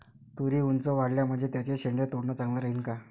तुरी ऊंच वाढल्या म्हनजे त्याचे शेंडे तोडनं चांगलं राहीन का?